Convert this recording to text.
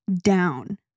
down